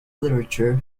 literature